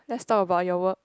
let's talk about your work